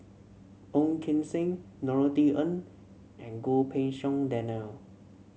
Ong Keng Sen Norothy Ng and Goh Pei Siong Daniel